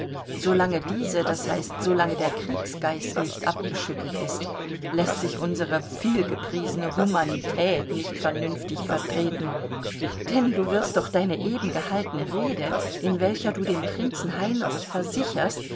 lange diese das heißt so lange der kriegsgeist nicht abgeschüttelt ist läßt sich unsere vielgepriesene humanität nicht vernünftig vertreten denn du wirst doch deine eben gehaltene rede in welcher du dem prinzen heinrich versicherst